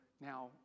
now